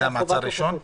זה המעצר הראשון?